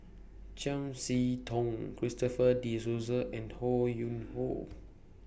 Chiam See Tong Christopher De Souza and Ho Yuen Hoe